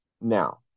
Now